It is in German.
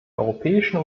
europäischen